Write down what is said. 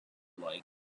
like